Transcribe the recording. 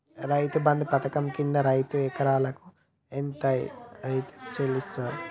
రైతు బంధు పథకం కింద రైతుకు ఎకరాకు ఎంత అత్తే చెల్లిస్తరు?